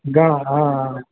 ઘણાં હા હા